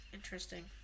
Interesting